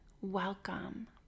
welcome